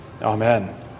Amen